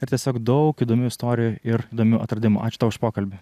ir tiesiog daug įdomių istorijų ir įdomių atradimų ačiū tau už pokalbį